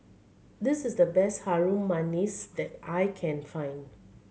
this is the best Harum Manis that I can find